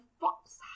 fox